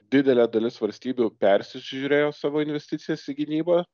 didelė dalis valstybių persižiūrėjo savo investicijas į gynybą